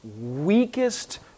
weakest